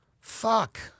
Fuck